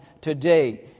today